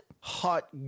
hot